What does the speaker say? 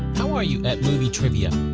how are you at movie trivia?